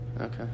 Okay